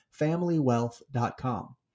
FamilyWealth.com